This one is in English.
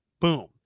boom